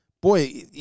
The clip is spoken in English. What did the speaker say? Boy